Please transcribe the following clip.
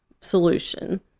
solution